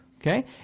okay